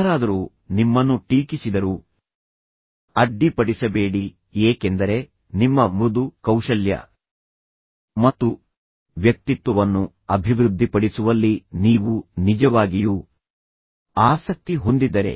ಯಾರಾದರೂ ನಿಮ್ಮನ್ನು ಟೀಕಿಸಿದರೂ ಅಡ್ಡಿಪಡಿಸಬೇಡಿ ಏಕೆಂದರೆ ನಿಮ್ಮ ಮೃದು ಕೌಶಲ್ಯ ಮತ್ತು ವ್ಯಕ್ತಿತ್ವವನ್ನು ಅಭಿವೃದ್ಧಿಪಡಿಸುವಲ್ಲಿ ನೀವು ನಿಜವಾಗಿಯೂ ಆಸಕ್ತಿ ಹೊಂದಿದ್ದರೆ